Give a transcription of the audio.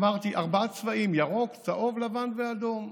אמרתי ארבעה צבעים: ירוק, צהוב, לבן ואדום.